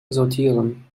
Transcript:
sortieren